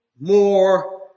more